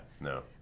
No